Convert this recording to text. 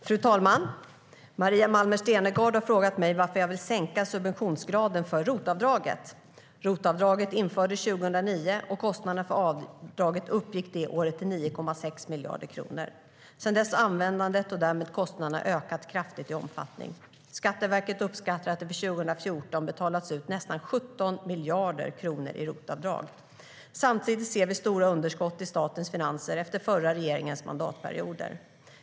Fru talman! Maria Malmer Stenergard har frågat mig varför jag vill sänka subventionsgraden för ROT-avdraget. ROT-avdraget infördes 2009, och kostnaderna för avdraget uppgick det året till 9,6 miljarder kronor. Sedan dess har användandet, och därmed kostnaderna, ökat kraftigt i omfattning. Skatteverket uppskattar att det för 2014 betalats ut nästan 17 miljarder kronor i ROT-avdrag. Samtidigt ser vi stora underskott i statens finanser efter den förra regeringens mandatperioder.